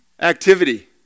activity